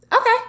okay